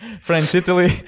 France-Italy